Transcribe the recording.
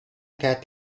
cat